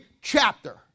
chapter